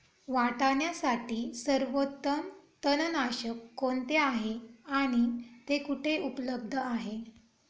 वाटाण्यासाठी सर्वोत्तम तणनाशक कोणते आहे आणि ते कुठे उपलब्ध आहे?